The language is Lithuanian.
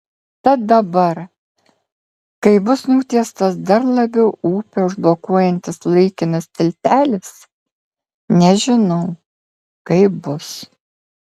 tad dabar kai bus nutiestas dar labiau upę užblokuojantis laikinas tiltelis nežinau kaip bus